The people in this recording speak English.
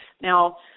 Now